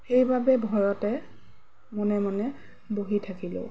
সেইবাবে ভয়তে মনে মনে বহি থাকিলোঁ